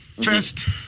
First